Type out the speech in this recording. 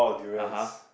(uh huh)